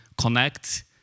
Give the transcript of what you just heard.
connect